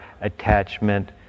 attachment